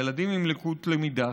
ילדים עם לקות למידה,